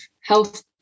health